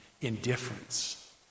indifference